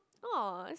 !aww!